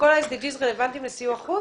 שכל ה- SDGsרלוונטיים לסיוע חוץ?